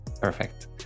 perfect